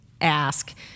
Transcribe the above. ask